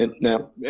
now